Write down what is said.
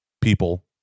People